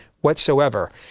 whatsoever